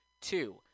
Two